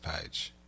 page